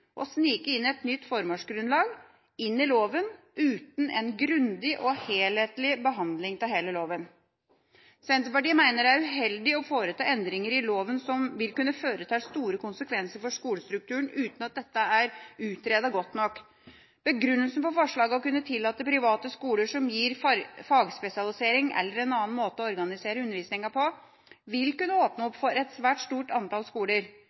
og snike et nytt formålsgrunnlag inn i loven uten en grundig og helhetlig behandling av hele loven. Senterpartiet mener det er uheldig å foreta endringer i loven som vil kunne føre til store konsekvenser for skolestrukturen uten at dette er utredet godt nok. Begrunnelsen for forslaget, å kunne tillate private skoler som gir fagspesialisering eller en annen måte å organisere undervisninga på, vil kunne åpne opp for et svært stort antall skoler.